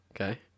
Okay